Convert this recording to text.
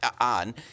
on